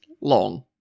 long